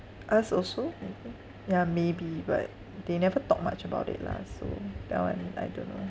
us also maybe ya maybe but they never talk much about it lah so that [one] I don't know